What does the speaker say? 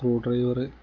screw driver